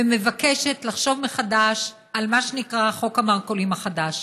ומבקשת לחשוב מחדש על מה שנקרא: חוק המרכולים החדש,